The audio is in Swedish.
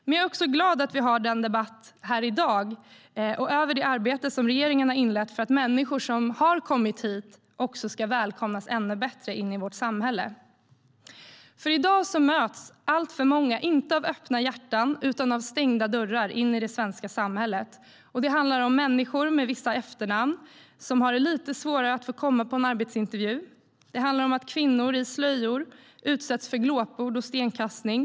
Men jag är också glad över att vi har denna debatt i dag och över det arbete som regeringen har inlett för att människor som har kommit hit också ska välkomnas ännu bättre in i vårt samhälle. I dag möts nämligen alltför många inte av öppna hjärtan utan av stängda dörrar in till det svenska samhället. Det handlar om människor med vissa efternamn som har det lite svårare att få komma på en arbetsintervju. Det handlar om att kvinnor i slöjor utsätts för glåpord och stenkastning.